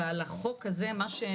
אני מתנצל,